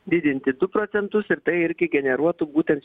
didinti du procentus ir tai irgi generuotų būtent